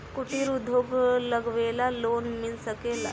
कुटिर उद्योग लगवेला लोन मिल सकेला?